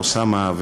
אוסאמה,